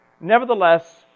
nevertheless